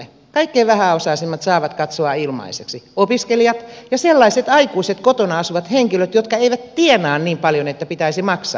kaikkein vähäosaisimmat saavat katsoa ilmaiseksi opiskelijat ja sellaiset aikuiset kotona asuvat henkilöt jotka eivät tienaa niin paljon että pitäisi maksaa